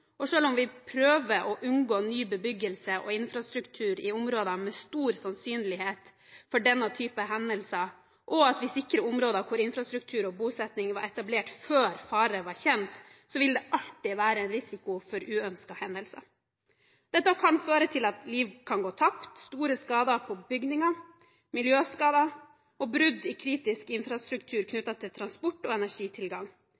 og selv om vi prøver å unngå ny bebyggelse og infrastruktur i områder med stor sannsynlighet for denne typen hendelser og sikrer områder hvor infrastruktur og bosetting var etablert før faren var kjent, vil det alltid være en risiko for uønskede hendelser. Dette kan føre til at liv går tapt, store skader på bygninger, miljøskader og brudd i kritisk infrastruktur